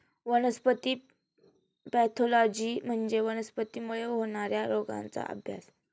वनस्पती पॅथॉलॉजी म्हणजे वनस्पतींमुळे होणार्या रोगांचा अभ्यास